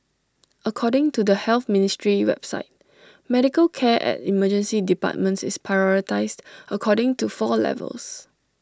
according to the health ministry's website medical care at emergency departments is prioritised according to four levels